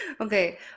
okay